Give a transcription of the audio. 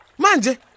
Manje